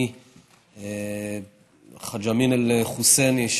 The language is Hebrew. מחאג' אמין אל-חוסייני,